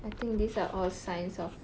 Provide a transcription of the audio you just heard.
I think these are all signs of